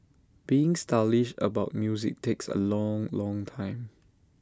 being stylish about music takes A long long time